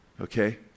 okay